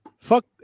Fuck